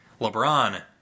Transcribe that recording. LeBron